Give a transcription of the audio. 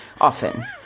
often